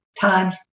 times